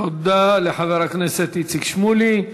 תודה לחבר הכנסת איציק שמולי.